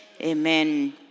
Amen